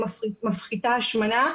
שמפחיתה השמנה.